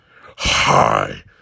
Hi